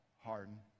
harden